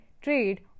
trade